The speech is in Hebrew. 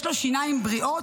יש לו שיניים בריאות,